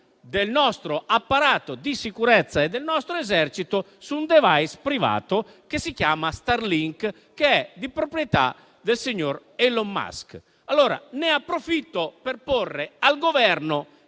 del nostro apparato di sicurezza e del nostro esercito su un *device* privato che si chiama Starlink, che è di proprietà del signor Elon Musk. Allora, ne approfitto per porre al Governo,